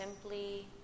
simply